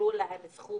שאישרו להם סכום